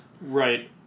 Right